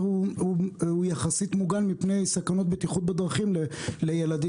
הוא יחסית מוגן מפני סכנות בטיחות בדרכים לילדים.